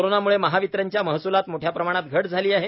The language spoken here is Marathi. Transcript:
कोरोनामुळे महावितरणच्या महसुलात मोठया प्रमाणात घट झाली आहे